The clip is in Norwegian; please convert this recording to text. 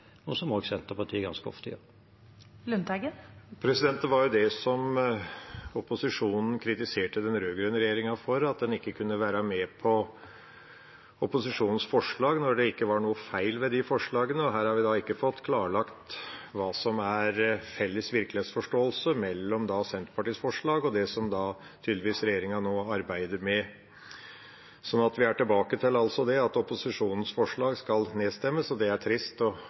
var det opposisjonen kritiserte den rød-grønne regjeringa for, at den ikke kunne være med på opposisjonens forslag når det ikke var noe feil ved de forslagene. Her har vi ikke fått klarlagt hva som er felles virkelighetsforståelse mellom Senterpartiets forslag og det som regjeringa tydeligvis arbeider med nå. Vi er tilbake til at opposisjonens forslag skal nedstemmes, og det er trist å erfare. Mine neste spørsmål er: Vil den pårørendestrategien og